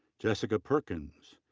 jessica perkins,